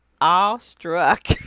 awestruck